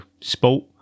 sport